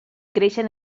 creixen